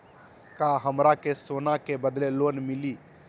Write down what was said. का हमरा के सोना के बदले लोन मिलि?